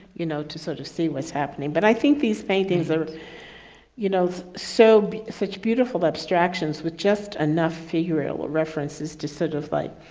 you know, to sort of see what's happening. but i think these paintings are you know, so such beautiful abstractions with just enough fingernail ah references to sort of like,